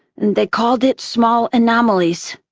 they called it small anomalies.